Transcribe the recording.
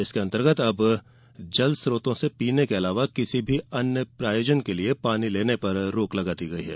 इसके अंतर्गत अब जल स्त्रोतों से पीने के अलावा किसी भी अन्य प्रयोजन के लिए पानी लेने पर रोक लगा दी गई है